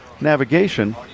Navigation